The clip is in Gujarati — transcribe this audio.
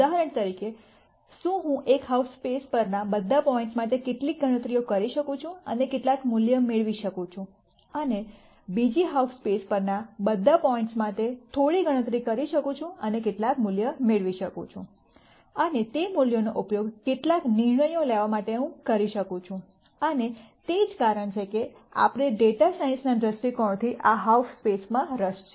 ઉદાહરણ તરીકે શું હું એક હાલ્ફ સ્પેસ પરના બધા પોઇન્ટ્સ માટે કેટલાક ગણતરીઓ કરી શકું છું અને કેટલાક મૂલ્ય મેળવી શકું છું અને બીજી હાલ્ફ સ્પેસ પરના બધા પોઇન્ટ્સ માટે થોડી ગણતરી કરી શકું છું અને કેટલાક મૂલ્ય મેળવી શકું છું અને તે મૂલ્યો નો ઉપયોગ કેટલાક નિર્ણયો લેવા માટે કરી શકું છું અને તે જ કારણ છે કે આપણે ડેટા સાયન્સના દૃષ્ટિકોણથી આ હાલ્ફ સ્પેસમાં રસ છે